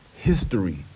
history